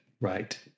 Right